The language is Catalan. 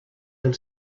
del